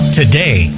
today